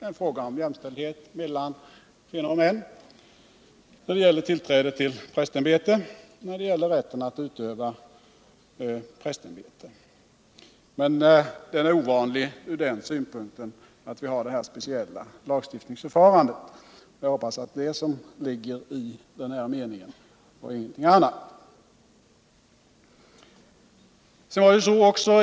cn fråga om jämställdhet mellan kvinnor och män när det gäller rätten au utöva prästämbetet. Men den är ovanlig från den synpunkten att vi har detta speciella lagstiftningsförfarande. Jag hoppas att det är det som avses med den här meningen och ingenting annal.